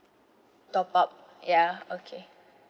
top up ya okay